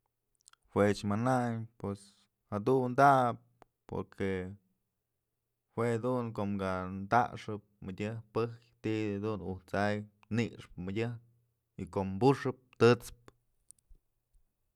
Juech manayn pues jadun da'a porque juedun ko'om ka taxëp mëdyëj pëyj ti'i dun ujt's a'ay ni'ixpë mëdyëjk y ko'om buxëp tët'spë.